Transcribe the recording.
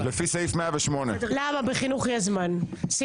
לפי סעיף 108. תודה.